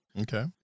Okay